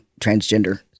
transgender